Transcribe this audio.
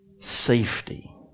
safety